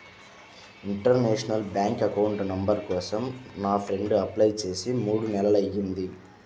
international bank account number కోసం నా friend apply చేసి మూడు నెలలయ్యింది